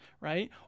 right